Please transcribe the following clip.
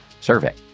survey